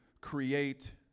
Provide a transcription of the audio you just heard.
create